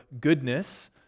goodness